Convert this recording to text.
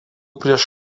prieš